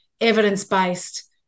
evidence-based